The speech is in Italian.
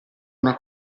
una